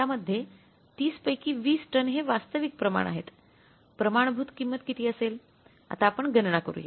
त्यामध्ये 30 पैकी 20 टन हे वास्तविक प्रमाण आहेत प्रमाणभुत किंमत किती असेल आता आपण गणना करूया